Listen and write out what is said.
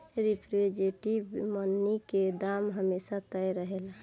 representative money के दाम हमेशा तय रहेला